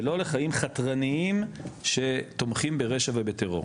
ולא לחיים חתרניים שתומכים ברשע ובטרור,